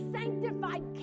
sanctified